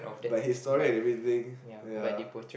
but his story and everything